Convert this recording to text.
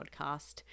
podcast